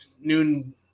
noon